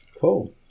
Cool